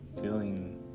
feeling